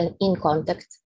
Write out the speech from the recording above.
in-contact